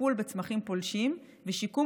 טיפול בצמחים פולשים ושיקום,